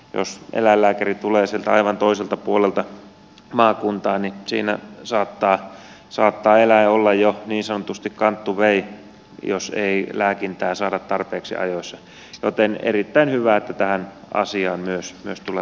jos eläinlääkäri tulee sieltä aivan toiselta puolelta maakuntaa niin siinä saattaa eläin olla jo niin sanotusti kanttuvei jos ei lääkintää saada tarpeeksi ajoissa joten erittäin hyvä että tähän asiaan myös tulla